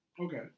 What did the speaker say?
Okay